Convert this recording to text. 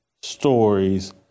stories